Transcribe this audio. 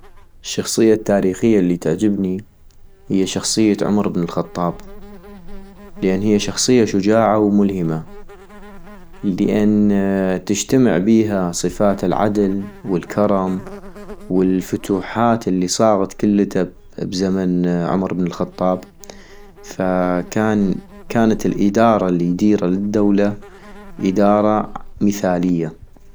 الشخصية التاريخية الي تعجبني هي شخصية عمر ابن الخطاب، لان هي شخصية شجاعة وملهمة ، لان تجتمع بيها صفات العدل والكرم - والفتوحات الي صاغت كلتا بزمن عمر ابن الخطاب فكان-كانت الادارة الي يديرا للدولة ادارة مثالية